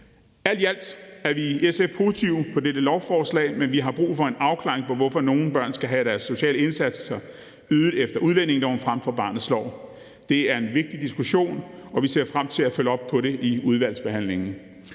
Alt i alt er vi i SF positive over for dette lovforslag, men vi har brug for en afklaring af, hvorfor nogle børn skal have deres sociale indsatser ydet efter udlændingeloven frem for barnets lov. Det er en vigtig diskussion, og vi ser frem til at følge op på det i udvalgsbehandlingen.